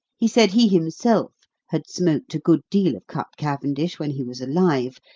he said he himself had smoked a good deal of cut cavendish when he was alive,